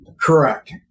Correct